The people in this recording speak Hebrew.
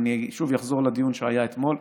אם אני שוב אחזור לדיון שהיה אתמול,